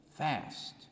fast